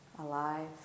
alive